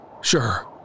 Sure